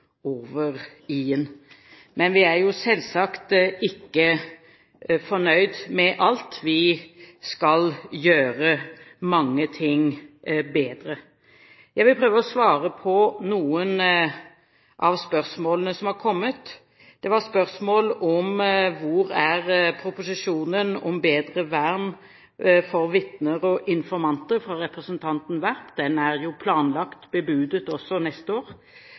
over i-en. Men vi er jo selvsagt ikke fornøyd med alt, vi skal gjøre mange ting bedre. Jeg vil prøve å svare på noen av spørsmålene som har kommet. Det var spørsmål fra representanten Werp om hvor proposisjonen om bedre vern for vitner og informanter er. Den er planlagt bebudet neste år.